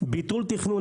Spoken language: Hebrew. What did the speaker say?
ביטול תכנון,